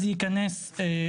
אז ייכנס הצו.